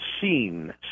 seen